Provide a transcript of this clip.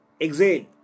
Exhale